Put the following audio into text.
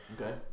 Okay